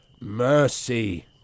Mercy